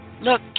Look